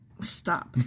Stop